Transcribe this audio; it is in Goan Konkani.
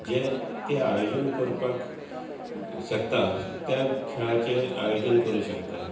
जे ते आयोजन करपाक शकता त्या खेळाचे आयोजन करुंक शकता